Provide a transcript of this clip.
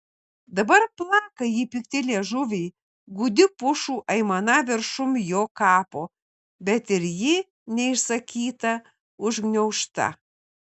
dabar plaka jį pikti liežuviai gūdi pušų aimana viršum jo kapo bet ir ji neišsakyta užgniaužta